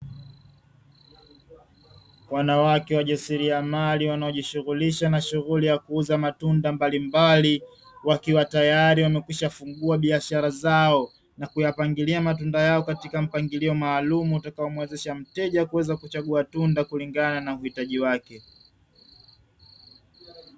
Wanawake wajasiriamali wanaojishughulisha na shughuli ya kuuza matunda mbalimbali, wakiwa tayari wamekwishafungua biashara zao na kupangilia mazao katika mpangilio maalumu, utakao muwezesha mteja kuweza kuchagua tunda kulingana na uhitaji wake.